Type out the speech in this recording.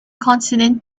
consonant